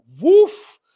woof